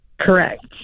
Correct